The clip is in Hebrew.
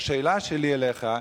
והשאלה שלי אליך,